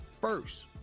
first